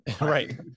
Right